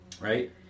right